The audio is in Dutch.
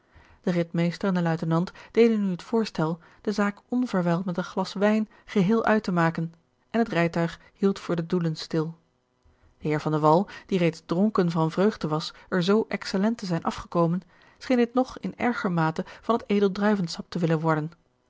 de ridmeester en de luitenant deden nu het voorstel de zaak onverwijld met een glas wijn geheel uit te maken en het rijtuig hield voor den doelen stil de heer van de wall die reeds dronken van vreugde was er zoo excellent te zijn afgekomen scheen dit nog in erger mate van het edel druivensap te willen worden